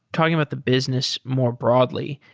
talking about the business more broadly,